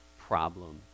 problem